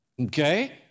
okay